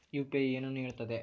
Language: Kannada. ಯು.ಪಿ.ಐ ಏನನ್ನು ಹೇಳುತ್ತದೆ?